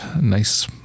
nice